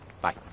bye